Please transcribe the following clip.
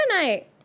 tonight